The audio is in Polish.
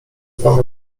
dwoma